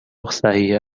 صحیح